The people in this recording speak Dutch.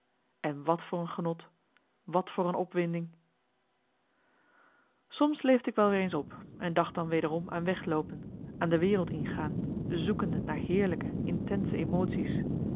en wat voor een genot wat voor een opwinding marcellus emants een nagelaten bekentenis soms leefde ik wel weer eens op en dacht dan wederom aan wegloopen aan de wereld ingaan zoekende naar heerlijke intense emotie's